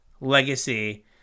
Legacy